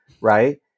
right